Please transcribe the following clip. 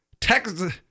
Texas